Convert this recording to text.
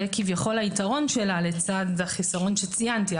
זה כביכול היתרון שלה לצד החיסרון שציינתי.